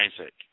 Isaac